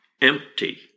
empty